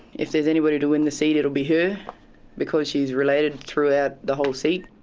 if there's anybody to win the seat it'll be her because she's related throughout the whole seat.